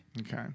Okay